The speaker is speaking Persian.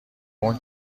اون